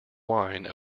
wine